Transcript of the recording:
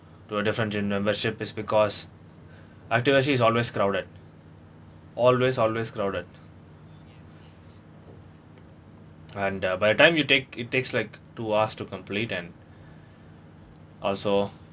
to a different gym membership is because active S_G is always crowded always always crowded and uh by the time you take it takes like two hours to complete and also